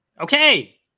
Okay